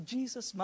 Jesus